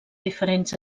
diferents